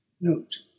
Note